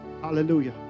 Hallelujah